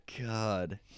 God